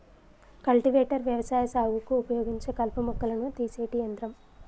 cultivator వ్యవసాయ సాగుకు ఉపయోగించే కలుపు మొక్కలను తీసేటి యంత్రం